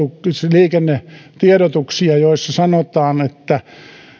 liikennetiedotuksia joissa sanotaan että